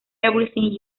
everything